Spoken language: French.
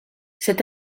cet